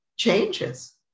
changes